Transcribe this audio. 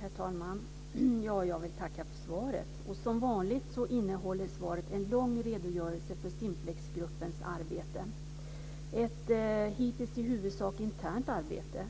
Herr talman! Jag vill tacka för svaret. Som vanligt innehåller svaret en lång redogörelse för Simplexgruppens arbete, ett hittills i huvudsak internt arbete